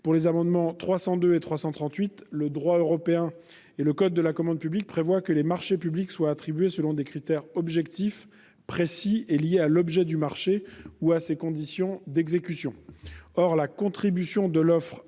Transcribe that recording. ces sept amendements. Le droit européen et le code de la commande publique prévoient que les marchés publics soient attribués selon des critères objectifs, précis et liés à l'objet du marché ou à ses conditions d'exécution.